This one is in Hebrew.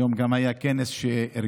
היום גם היה כנס שארגן